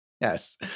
Yes